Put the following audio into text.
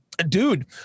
Dude